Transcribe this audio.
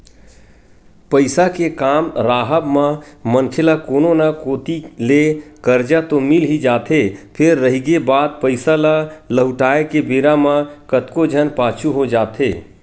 पइसा के काम राहब म मनखे ल कोनो न कोती ले करजा तो मिल ही जाथे फेर रहिगे बात पइसा ल लहुटाय के बेरा म कतको झन पाछू हो जाथे